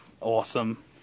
Awesome